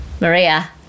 Maria